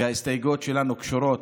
וההסתייגויות שלנו קשורות